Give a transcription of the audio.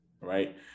right